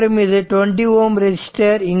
மற்றும் இது 20 Ω ரெசிஸ்டர் ஆகும்